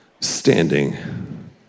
standing